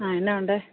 ആ എന്നാ ഉണ്ട്